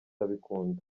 abikunda